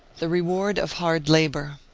the reward of hard labour.